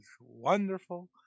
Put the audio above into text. wonderful